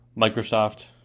Microsoft